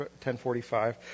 10:45